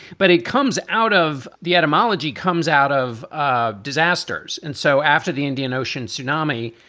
but it comes out of the etymology, comes out of of disasters. and so after the indian ocean tsunami,